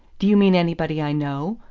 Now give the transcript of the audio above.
do you mean anybody i know?